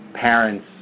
parents